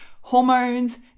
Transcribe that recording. hormones